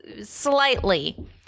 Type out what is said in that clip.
slightly